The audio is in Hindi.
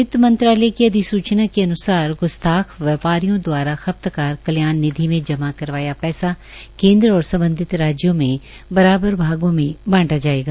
वित्तमंत्रालय की अधिसूचना के अन्सार ग्स्ताख व्यापारियों द्वारा खपतकार कल्याण निधि में जमा करवाया पैसा केन्द्र और सम्बधित राज्यों में बराबार भागों में बांटा जायेगा